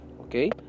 okay